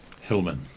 Hillman